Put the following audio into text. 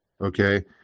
Okay